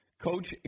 Coach